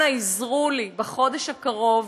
אנא עזרו לי בחודש הקרוב